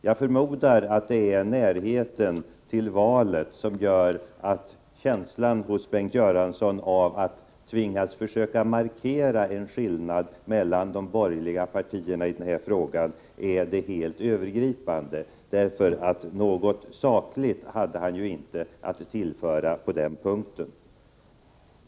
Jag förmodar att det är närheten till valet som gör att önskan hos Bengt Göransson att markera en skillnad mellan de borgerliga partierna är det helt övergripande. Något sakligt hade han ju inte att tillföra på den punkten.